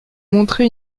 montré